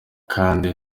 kandi